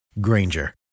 Granger